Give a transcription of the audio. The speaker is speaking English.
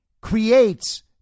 creates